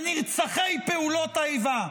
לנרצחי פעולות האיבה.